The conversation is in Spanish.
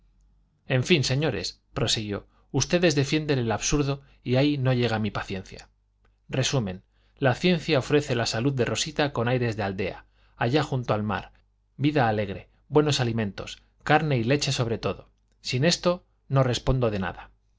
en fin señores prosiguió ustedes defienden el absurdo y ahí no llega mi paciencia resumen la ciencia ofrece la salud de rosita con aires de aldea allá junto al mar vida alegre buenos alimentos carne y leche sobre todo sin esto no respondo de nada